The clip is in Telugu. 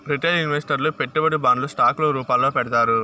రిటైల్ ఇన్వెస్టర్లు పెట్టుబడిని బాండ్లు స్టాక్ ల రూపాల్లో పెడతారు